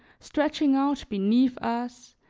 stretching out beneath us,